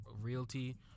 realty